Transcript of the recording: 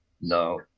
No